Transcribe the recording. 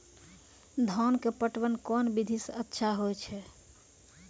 धान के पटवन कोन विधि सै अच्छा होय छै?